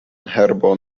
herbo